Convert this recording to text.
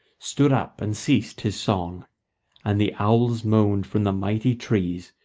stood up and ceased his song and the owls moaned from the mighty trees,